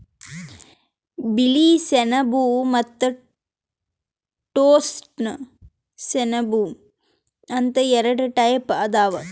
ಬಿಳಿ ಸೆಣಬ ಮತ್ತ್ ಟೋಸ್ಸ ಸೆಣಬ ಅಂತ್ ಎರಡ ಟೈಪ್ ಅದಾವ್